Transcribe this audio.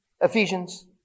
Ephesians